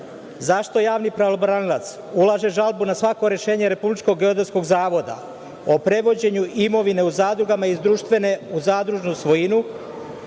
zašto Javni pravobranilac ulaže žalbu na svako rešenje Republičkog geodetskog zavoda o prevođenju imovine u zadrugama iz društvene u zadružnu svojinu,